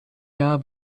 jahr